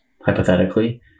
hypothetically